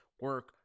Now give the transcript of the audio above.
Work